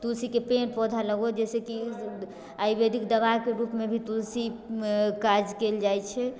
तुलसीके पेड़ पौधा लगो जैसे की आयुर्वेदिक दबाईके रूपमे भी तुलसी काज कयल जाइ छै